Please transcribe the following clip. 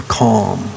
calm